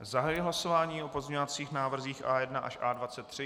Zahajuji hlasování o pozměňovacích návrzích A1 až A23.